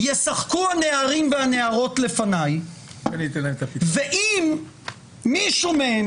ישחקו הנערים והנערות לפניי ואם מישהו מהם